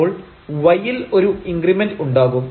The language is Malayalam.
അപ്പോൾ y ൽ ഒരു ഇൻക്രിമെന്റ് ഉണ്ടാകും